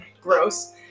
gross